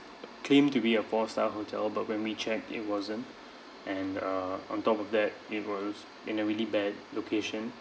claimed to be a four star hotel but when we checked it wasn't and uh on top of that it was in a really bad location